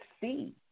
see